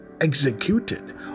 executed